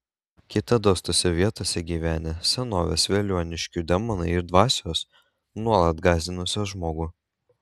kitados tose vietose gyvenę senovės veliuoniškių demonai ir dvasios nuolat gąsdinusios žmogų